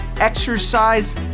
exercise